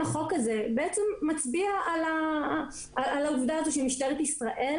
החוק הזה מצביע על העובדה שמשטרת ישראל,